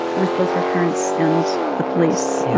with both her parents and the police. yeah